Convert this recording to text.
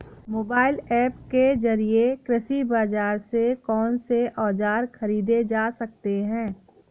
Mobile app के जरिए कृषि बाजार से कौन से औजार ख़रीदे जा सकते हैं?